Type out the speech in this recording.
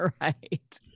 Right